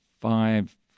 five